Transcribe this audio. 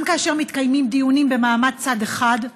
גם כאשר מתקיימים דיונים במעמד צד אחד,